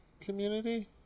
community